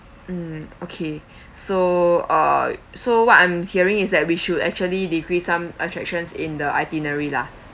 mm okay so uh so what I'm hearing is that we should actually decrease some attractions in the itinerary lah